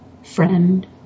friend